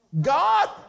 God